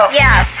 yes